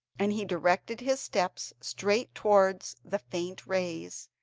and he directed his steps straight towards the faint rays,